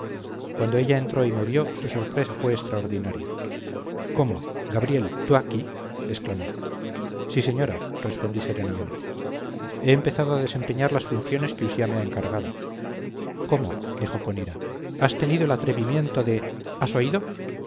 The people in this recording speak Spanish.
cuando ella entró y me vio su sorpresa fue extraordinaria cómo gabriel tú aquí exclamó sí señora respondí serenamente he empezado a desempeñar las funciones que usía me ha encargado cómo dijo con ira has tenido el atrevimiento de has oído